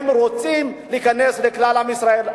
הם רוצים להיכנס לכלל עם ישראל.